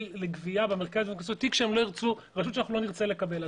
לגבייה במרכז קנסות רשות שלא נרצה לקבל.